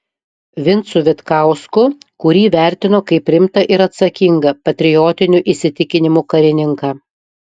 vincu vitkausku kurį vertino kaip rimtą ir atsakingą patriotinių įsitikinimų karininką